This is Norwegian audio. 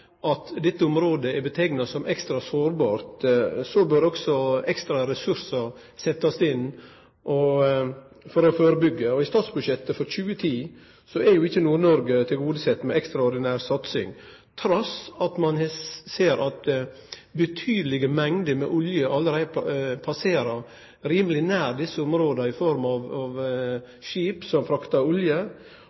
at dette området vil bli framstilt som ekstra sårbart, og då bør også ekstra ressursar setjast inn for å førebyggje. I statsbudsjettet for 2010 er ikkje Nord-Noreg tilgodesett med ekstraordinær satsing, trass i at ein ser at betydelege mengder med olje allereie passerer rimeleg nær desse områda i form av skip som fraktar olje.